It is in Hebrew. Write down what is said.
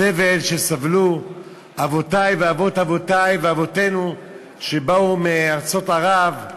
הסבל שסבלו אבותי ואבות אבותי ואבותינו שבאו מארצות ערב,